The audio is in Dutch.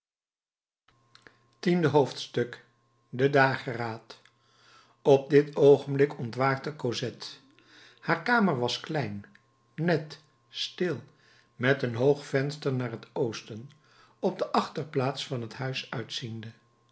tiende hoofdstuk de dageraad op dit oogenblik ontwaakte cosette haar kamer was klein net stil met een hoog venster naar het oosten op de achterplaats van het huis uitziende